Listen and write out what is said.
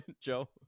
Joe